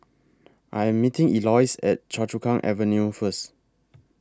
I Am meeting Eloise At Choa Chu Kang Avenue First